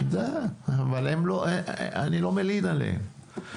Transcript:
אבל אני לא מלין עליהם.